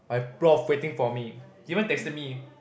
my prof waiting for me he even texted me